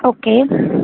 okay